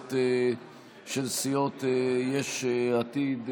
כנסת של סיעות יש עתיד,